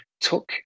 took